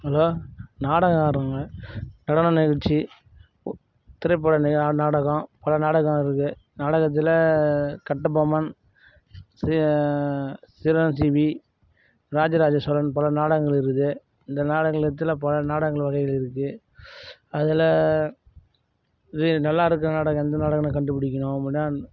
hello நாடக ஆடுகிறவங்க நடன நிகழ்ச்சி திரைப்பட நாடகம் பல நாடகம் இருக்கு நாடகத்தில் கட்டபொம்மன் சிரஞ்சீவி ராஜராஜ சோழன் போன்ற நாடகங்கள் இருக்குது இந்த நாடகங்கள் இடத்தில் பல நாடகங்கள் உதவி இருக்கு அதில் இது நல்லா இருக்கிற நாடகம் எந்த நாடகம் கண்டு பிடிக்கணும் அப்படினா